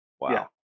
Wow